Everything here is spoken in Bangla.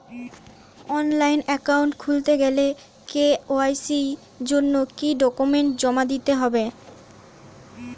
অনলাইন একাউন্ট খুলতে গেলে কে.ওয়াই.সি জন্য কি কি ডকুমেন্ট জমা দিতে হবে?